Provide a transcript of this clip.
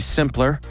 simpler